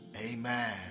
amen